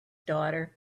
daughter